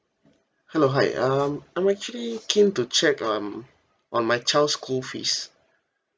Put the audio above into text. hello hi um I'm actually came to check um on my child's school fees